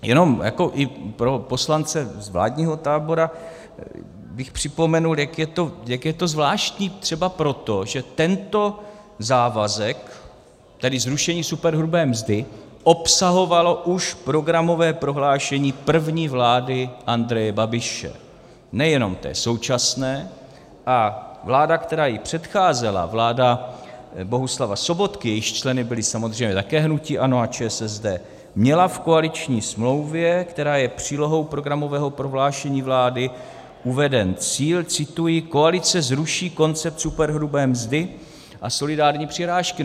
Jenom i pro poslance z vládního tábora bych připomenul, jak je to zvláštní třeba proto, že tento závazek, tedy zrušení superhrubé mzdy, obsahovalo už programové prohlášení první vlády Andreje Babiše, nejenom té současné, a vláda, která jí předcházela, vláda Bohuslava Sobotky, jejímiž členy bylo samozřejmě také hnutí ANO a ČSSD, měla v koaliční smlouvě, která je přílohou programového prohlášení vlády, uveden cíl cituji: Koalice zruší koncept superhrubé mzdy a solidární přirážky.